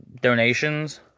donations